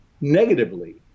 negatively